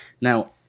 now